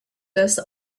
this